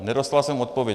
Nedostal jsem odpověď.